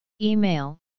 Email